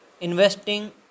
investing